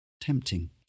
tempting